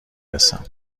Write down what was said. رسم